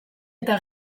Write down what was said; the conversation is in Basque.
eta